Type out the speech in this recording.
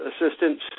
assistance